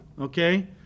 okay